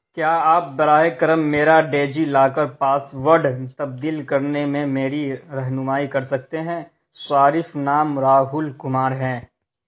کیا آپ براہ کرم میرا ڈیجی لاکر پاسورڈ تبدیل کرنے میں میری رہنمائی کر سکتے ہیں صارف نام راہل کمار ہیں